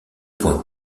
point